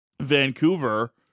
Vancouver